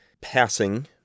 Passing